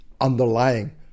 underlying